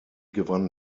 gewann